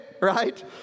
right